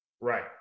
Right